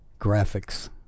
graphics